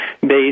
based